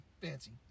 fancy